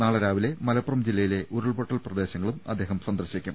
നാളെ രാവിലെ മലപ്പുറം ജില്ലയിലെ ഉരുൾപൊട്ടൽ പ്രദേശങ്ങളും അദ്ദേഹം സന്ദർശിക്കും